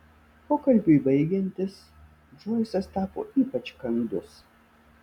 pokalbiui baigiantis džoisas tapo ypač kandus